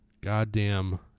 goddamn